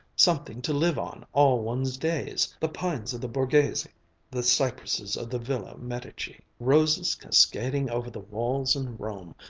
something to live on all one's days, the pines of the borghese the cypresses of the villa medici roses cascading over the walls in rome,